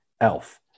Elf